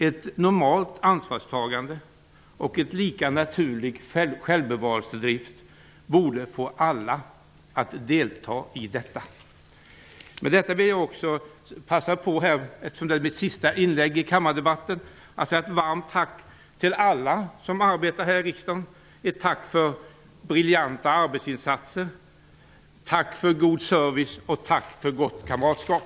Ett normalt ansvarstagande och en lika naturlig självbevarelsedrift borde få alla att delta i detta. Eftersom detta blir mitt sista inlägg i en kammardebatt vill jag passa på att rikta ett varmt tack till alla som arbetar här i riksdagen, ett tack för briljanta arbetsinsatser, ett tack för god service och ett tack för gott kamratskap.